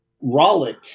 Rollick